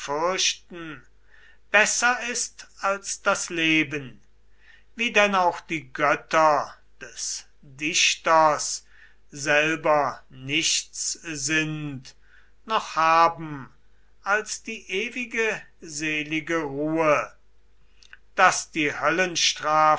besser ist als das leben wie denn auch die götter des dichters selber nichts sind noch haben als die ewige selige ruhe daß die